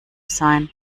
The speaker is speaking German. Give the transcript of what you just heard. sein